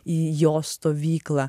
į jo stovyklą